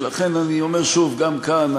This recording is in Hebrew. ולכן אני אומר שוב, גם כאן,